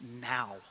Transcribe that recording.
now